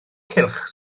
cylch